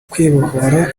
kwibohora